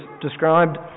described